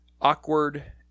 awkward